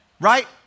Right